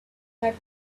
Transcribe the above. that